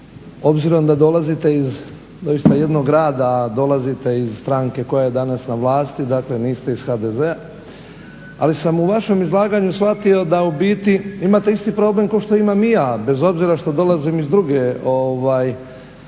obzirom da dolazite iz doista jednog grada, a dolazite iz stranke koja je danas na vlasti zato jer niste iz HDZ-a, ali sam u vašem izlaganju shvatio da u biti imate isti problem kao što imam i ja, bez obzira što dolazim iz druge